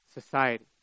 society